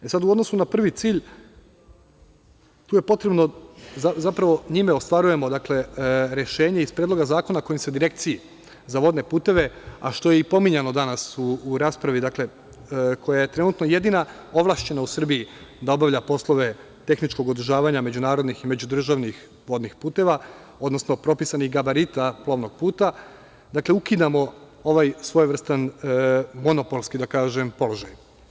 U odnosu na prvi cilj, zapravo njime ostvarujemo rešenje iz Predloga zakona kojim se Direkciji za vodne puteve, a što je i pominjano danas u raspravi koja je trenutno jedina ovlašćena u Srbiji da obavlja poslove tehničkog održavanja međunarodnih i međudržavnih vodnih puteva, odnosno propisanih gabarita plovnog puta, dakle ukidamo ovaj svojevrstan monopolski, da kažem, položaj.